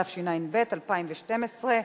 התשע"ב 2012,